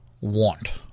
want